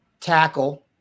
tackle